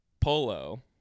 polo